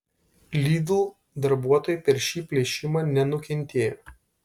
lidl darbuotojai per šį plėšimą nenukentėjo